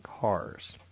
cars